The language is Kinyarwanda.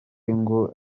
ngo